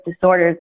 disorders